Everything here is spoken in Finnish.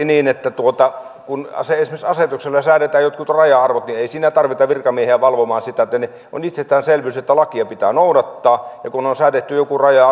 niin että kun esimerkiksi asetuksella säädetään jotkut raja arvot niin ei siinä tarvita virkamiehiä valvomaan sitä on itsestäänselvyys että lakia pitää noudattaa ja kun on säädetty joku raja